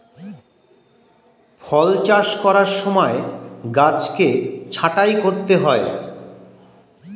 ফল চাষ করার সময় গাছকে ছাঁটাই করতে হয়